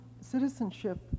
citizenship